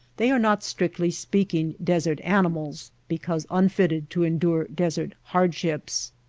they are not strictly speaking desert animals because unfitted to endure desert hardships.